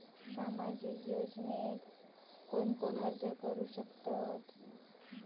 सामाजिक योजनेक कोण कोण अर्ज करू शकतत?